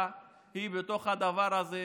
כל המשפחה היא בתוך הדבר הזה,